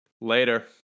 Later